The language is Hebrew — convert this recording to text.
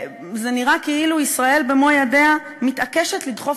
זה נראה כאילו ישראל במו-ידיה מתעקשת לדחוף